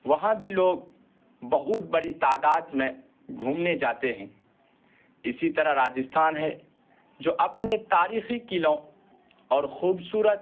وہاں بھی لوگ بہت بڑی تعداد میں گھومنے جاتے ہیں اسی طرح راجستھان ہے جو اپنے تاریخی قلعوں اور خوبصورت